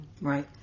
Right